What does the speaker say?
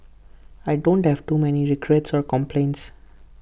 I don't have too many regrets or complaints